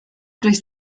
durch